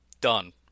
Done